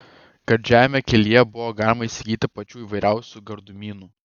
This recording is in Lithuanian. gardžiajame kelyje buvo galima įsigyti pačių įvairiausių gardumynų